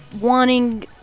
wanting